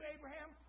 Abraham